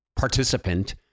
Participant